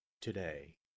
today